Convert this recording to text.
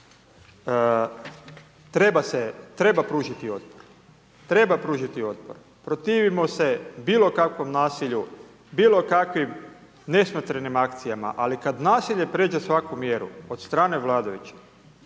Treba se, treba pružiti otpor. Protivimo se bilokakvom nasilju, bilo kakvim nesmotrenim akcijama, ali kada nasilje pređe svaku mjeru od strane vladajućih